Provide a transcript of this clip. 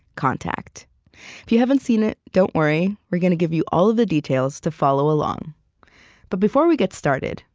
contact. if you haven't seen it, don't worry. we're gonna give you all the details to follow along but before we get started,